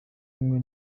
kumwe